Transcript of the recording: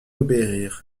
obéir